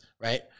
right